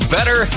Better